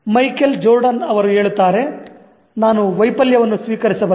Michael Jordan ಅವರು ಹೇಳುತ್ತಾರೆ " ನಾನು ವೈಫಲ್ಯವನ್ನು ಸ್ವೀಕರಿಸಬಲ್ಲೆ